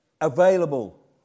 available